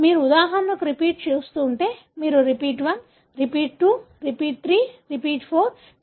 కాబట్టి మీరు ఉదాహరణకు రిపీట్లను చూస్తుంటే మీకు రిపీట్ 1 రిపీట్ 2 రిపీట్ 3 మరియు రిపీట్ 4